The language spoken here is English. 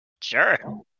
Sure